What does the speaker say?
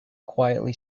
quietly